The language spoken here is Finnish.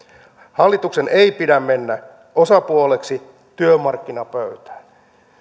hallituksen ei pidä mennä osapuoleksi työmarkkinapöytään